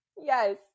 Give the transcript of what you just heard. Yes